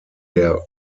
der